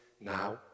now